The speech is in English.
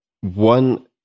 one